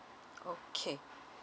okay